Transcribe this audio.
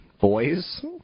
boys